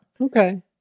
Okay